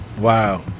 Wow